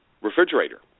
refrigerator